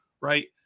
right